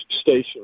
station